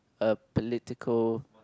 a political